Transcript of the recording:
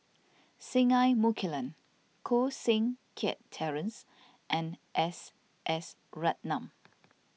Singai Mukilan Koh Seng Kiat Terence and S S Ratnam